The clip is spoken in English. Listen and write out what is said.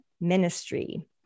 Ministry